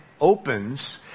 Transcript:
opens